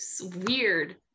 weird